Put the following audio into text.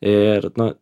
ir nu